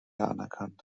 anerkannt